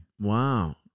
Wow